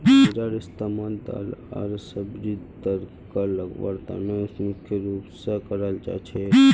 जीरार इस्तमाल दाल आर सब्जीक तड़का लगव्वार त न मुख्य रूप स कराल जा छेक